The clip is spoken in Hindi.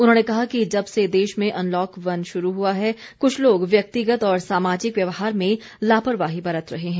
उन्होंने कहा कि जब से देश में अनलॉक वन शुरू हुआ है कुछ लोग व्यक्तिगत और सामाजिक व्यवहार में लापरवाही बरत रहे हैं